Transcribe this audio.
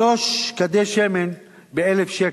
שלושה כדי שמן ב-1,000 שקל.